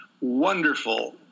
wonderful